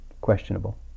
questionable